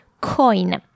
coin